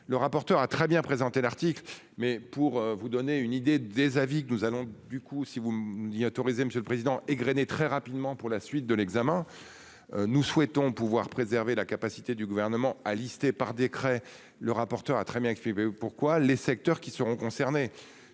Le rapporteur a très bien présenté l'article mais pour vous donner une idée des avis que nous allons du coup si vous m'y autorisez. Monsieur le Président. Très rapidement pour la suite de l'examen. Nous souhaitons pouvoir préserver la capacité du gouvernement à listé par décret le rapporteur a très bien exprimé. Pourquoi les secteurs qui seront concernés.